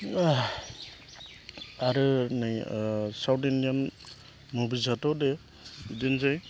आरो नै साउथ इन्डियान मुभिसाथ' दे बिदिनोसै